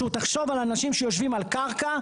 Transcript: שתחשבו על אנשים שיושבים על קרקע,